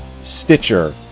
Stitcher